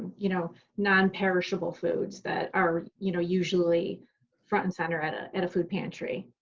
you know, non perishable foods that are, you know, usually front and center at ah at a food pantry.